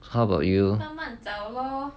how about you